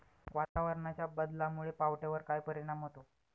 वातावरणाच्या बदलामुळे पावट्यावर काय परिणाम होतो?